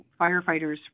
firefighters